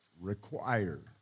required